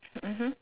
mmhmm